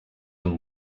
amb